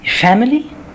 Family